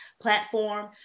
platform